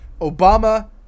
Obama